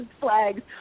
flags